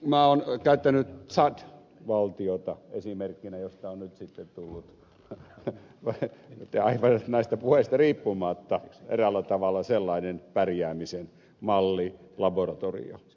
minä olen käyttänyt tsad valtiota esimerkkinä josta on nyt sitten tullut näistä puheista riippumatta eräällä tavalla sellainen pärjäämisen mallilaboratorio